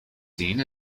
scene